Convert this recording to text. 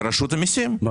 לרשות המיסים,